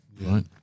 Right